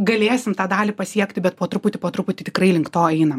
galėsim tą dalį pasiekti bet po truputį po truputį tikrai link to einam